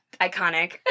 Iconic